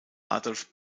adolf